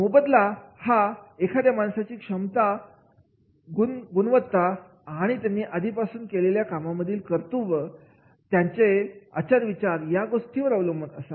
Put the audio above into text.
मोबदला हा एखाद्या माणसाची क्षमता गुणवत्ता त्यांनी आधीपासून कामांमध्ये दाखवलेले त्यांचे कर्तृत्व त्याचे आचार विचार या गोष्टींवर अवलंबून असावा